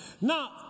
Now